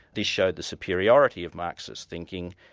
this showed the superiority of marxist thinking.